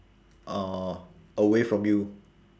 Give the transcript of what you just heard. uh away from you